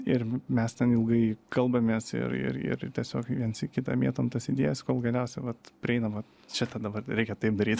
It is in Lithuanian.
ir mes ten ilgai kalbamės ir irir tiesiog viens į kitą mėtom tas idėjas kol galiausia vat prieinam vat tą dabar reikia taip daryti